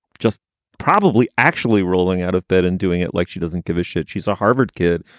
just probably actually rolling out of bed and doing it like she doesn't give a shit. she's a harvard kid,